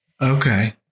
Okay